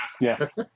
Yes